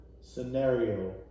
scenario